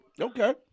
Okay